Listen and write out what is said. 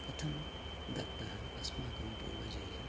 कथं दत्तः अस्माकं पूर्वजैः